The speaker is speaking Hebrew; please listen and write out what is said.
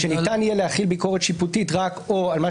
שניתן יהיה להחיל ביקורת שיפוטית רק על מה